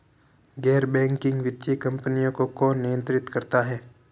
गैर बैंकिंग वित्तीय कंपनियों को कौन नियंत्रित करता है?